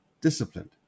disciplined